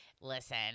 listen